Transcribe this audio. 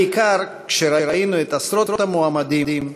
בעיקר כשראינו את עשרות המועמדים,